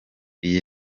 iyi